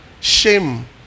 shame